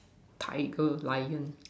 tiger lion